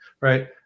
right